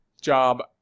Job